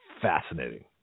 fascinating